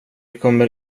kommer